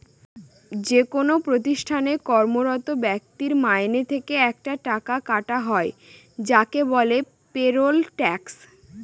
যেকোনো প্রতিষ্ঠানে কর্মরত ব্যক্তির মাইনে থেকে একটা টাকা কাটা হয় যাকে বলে পেরোল ট্যাক্স